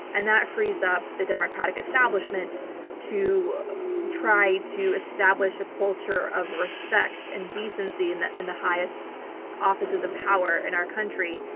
and that frees up the democratic establishment to try to establish a culture of respect and decency in the in the highest offices of power in our country.